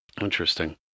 Interesting